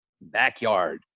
backyard